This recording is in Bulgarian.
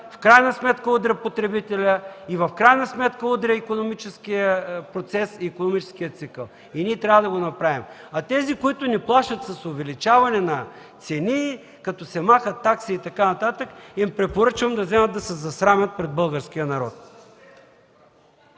в крайна сметка удря потребителя, икономическия процес и икономическия цикъл, и ние трябва да го направим. А на тези, които ни плашат с увеличаване на цени, като се махат такси и така нататък, им препоръчвам да вземат да се засрамят пред българския народ.